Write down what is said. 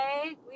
okay